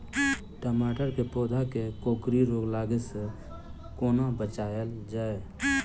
टमाटर केँ पौधा केँ कोकरी रोग लागै सऽ कोना बचाएल जाएँ?